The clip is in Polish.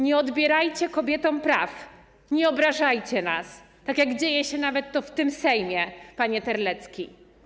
Nie odbierajcie kobietom praw, nie obrażajcie nas, tak jak dzieje się to nawet w tym Sejmie, panie Terlecki.